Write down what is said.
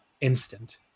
instant